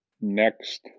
next